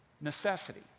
necessity